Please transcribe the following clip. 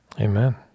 amen